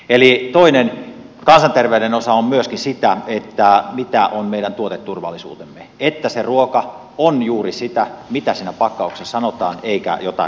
eli toinen kansanterveyden osa on myöskin se mitä on meidän tuoteturvallisuu temme että se ruoka on juuri sitä mitä siinä pakkauksessa sanotaan eikä jotakin muuta